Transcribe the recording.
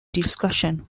discussion